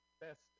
best